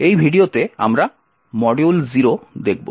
এই ভিডিওতে আমরা Module0 দেখব